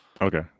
Okay